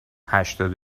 هشتاد